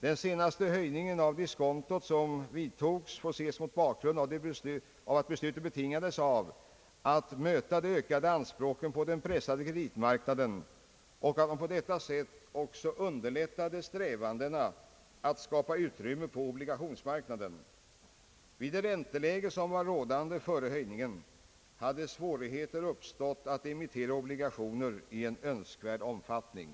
Den senaste höjningen av diskontot förra året får ses mot bakgrunden av de ökade anspråken på vår pressade kreditmarknad. Genom höjningen underlättade man också strävandena att skapa utrymme på obligationsmarknaden — vid det ränteläge som rådde före höjningen hade svårigheter uppstått att emittera obligationer i önskvärd omfattning.